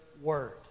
word